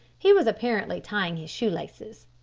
he was apparently tying his shoe laces.